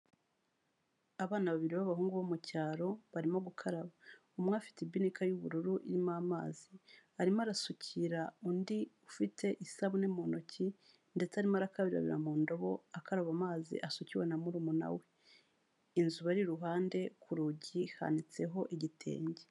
Abana babiri b'abahungu bo mu cyaro barimo gukaraba. Umwe afite ibirika y'ubururu irimo amazi, arimo arasukira undi ufite isabune mu ntoki ndetse arimo arakabarabira mu ndobo akaraba amazi asukiwe na murumuna we. Inzu bari iruhande, ku rugi hanitseho igitenge.